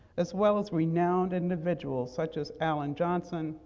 as well as renowned individuals such as alan johnson,